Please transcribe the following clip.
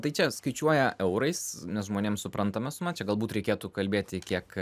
tai čia skaičiuoja eurais nes žmonėms suprantama suma čia galbūt reikėtų kalbėti kiek